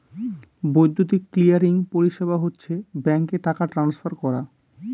বৈদ্যুতিক ক্লিয়ারিং পরিষেবা হচ্ছে ব্যাঙ্কে টাকা ট্রান্সফার করা